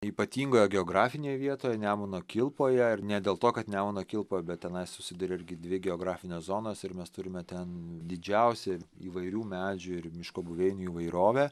ypatingoje geografinėje vietoje nemuno kilpoje ir ne dėl to kad nemuno kilpa bet tenai susiduria irgi dvi geografinės zonos ir mes turime ten didžiausią įvairių medžių ir miško buveinių įvairovę